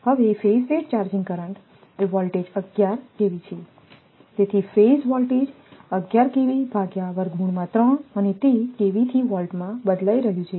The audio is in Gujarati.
તેથી ફેઝ દીઠ ચાર્જિંગ કરંટ એ વોલ્ટેજ 11 KV છે તેથી ફેઝ વોલ્ટેજ અને તે KV થી વોલ્ટમાં બદલાઈ રહ્યું છે